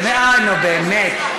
נו, באמת.